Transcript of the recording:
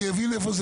אני אבין איפה זה